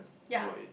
ya